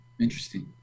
interesting